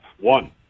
one